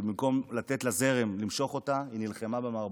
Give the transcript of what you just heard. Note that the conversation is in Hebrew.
ובמקום לתת לזרם למשוך אותה היא נלחמה במערבולת.